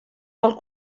vol